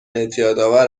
اعتیادآور